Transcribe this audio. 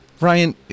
Ryan